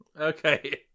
Okay